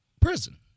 prison